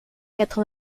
quatre